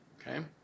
Okay